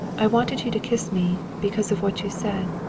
i wanted you to kiss me, because of what you said.